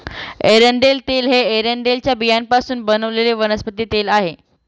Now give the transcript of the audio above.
एरंडेल तेल हे एरंडेलच्या बियांपासून बनवलेले वनस्पती तेल आहे